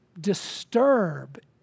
disturb